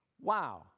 Wow